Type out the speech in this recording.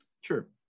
Sure